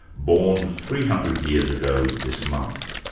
born three hundred years ago this month.